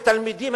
כתלמידים,